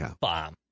bomb